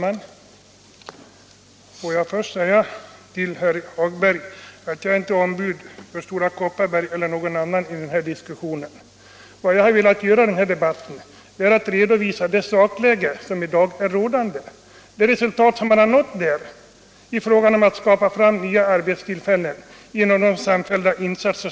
Herr talman! Jag är inte, herr Hagberg i Borlänge, ombud för Stora Kopparberg eller någon annan i den här diskussionen. Jag har försökt redovisa det rådande sakläget och de resultat som har uppnåtts i fråga om att skapa nya arbetstillfällen genom samfällda insatser.